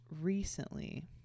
recently